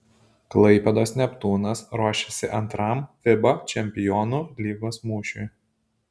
klaipėdos neptūnas ruošiasi antram fiba čempionų lygos mūšiui